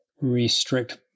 restrict